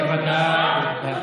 בוודאי, בוודאי.